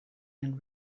and